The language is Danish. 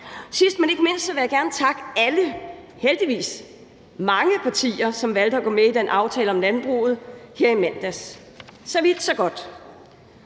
Sidst, men ikke mindst, vil jeg gerne takke de heldigvis mange partier, som her i mandags valgte at gå med i den aftale om landbruget. Så vidt, så godt.